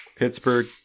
Pittsburgh